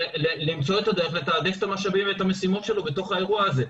למצוא את הדרך לתעדף את המשאבים ואת המשימות שלו בתוך האירוע הזה.